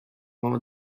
mamy